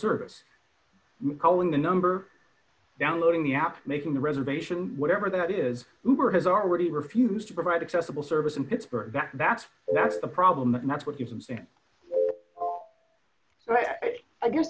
service calling the number downloading the app making the reservation whatever that is whoever has already refused to provide accessible service in pittsburgh that's that's a problem and that's what you